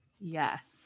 yes